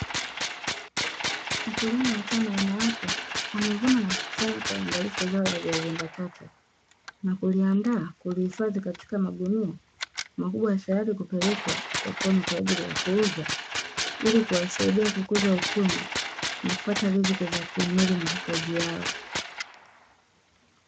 Wakulima watano wanawake wamevuna na wamekusanya kwa uangalifu zao la viazi mbatata, na kuliandaa kuliifadhi katika maguni makubwa tayari kwa ajili ya kupelekwa sokoni kwa ajili ya kuuzwa, ili kuwasaidia kukuza uchumi na kupata riziki kumudu mahitaji yao .